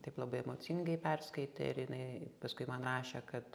taip labai emocingai perskaitė ir jinai paskui man rašė kad